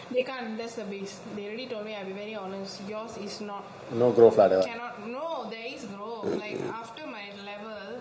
they can't that's the base they already told me that very honest yours is not no there is like after my level